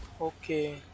Okay